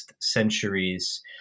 centuries